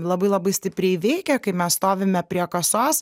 labai labai stipriai veikia kai mes stovime prie kasos